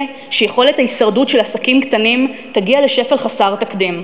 שיכולת ההישרדות של עסקים קטנים תגיע לשפל חסר תקדים.